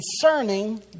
concerning